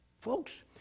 Folks